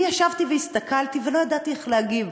ישבתי והסתכלתי ולא ידעתי איך להגיב.